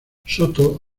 soto